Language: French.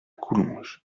coulonges